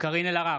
קארין אלהרר,